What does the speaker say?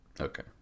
Okay